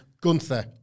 Gunther